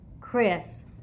Chris